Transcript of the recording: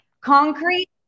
Concrete